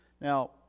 Now